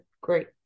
great